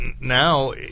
now